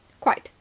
quite,